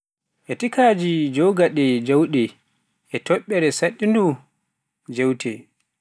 Etikaaji jogaade jawdi ko toɓɓere saɗtunde, jeewte.